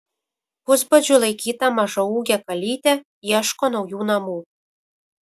pusbadžiu laikyta mažaūgė kalytė ieško naujų namų